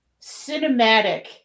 cinematic